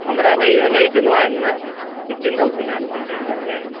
നമ്മുടെ റേറ്റ് എന്നുപറയുന്നത് fifteen thousand ആണ് വൺ ഡേ പെർ ഡേ